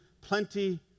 plenty